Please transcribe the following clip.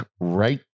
right